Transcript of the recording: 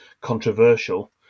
controversial